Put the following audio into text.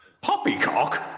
Poppycock